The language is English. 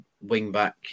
wing-back